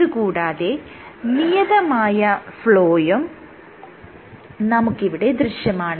ഇത് കൂടാതെ നിയതമായ ഫ്ലോയും നമുക്ക് ഇവിടെ ദൃശ്യമാണ്